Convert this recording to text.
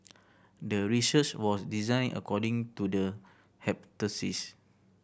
the research was designed according to the